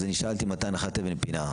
אז אני שאלתי מתי הנחת אבן פינה.